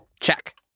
Check